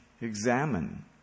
examine